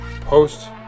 Post